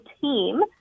team